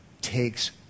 takes